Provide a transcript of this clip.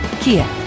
Kia